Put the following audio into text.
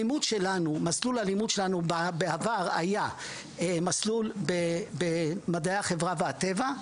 מסלול הלימוד שלנו בעבר היה מסלול במדעי החברה והטבע.